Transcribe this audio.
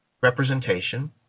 representation